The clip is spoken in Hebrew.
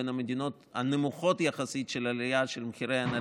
זה בין המדינות שהעלייה היא מהנמוכות יחסית במחירי הנדל"ן.